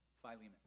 Philemon